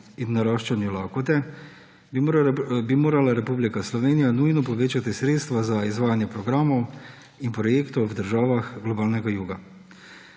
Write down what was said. in naraščanju lakote, bi morala Republika Slovenija nujno povečati sredstva za izvajanje programov in projektov v državah globalnega juga.